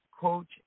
coach